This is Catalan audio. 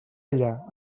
allà